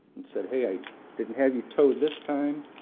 and said, hey, i didn't have you towed this time.